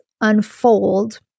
unfold